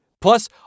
Plus